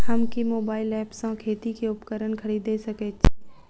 हम केँ mobile app सँ खेती केँ उपकरण खरीदै सकैत छी?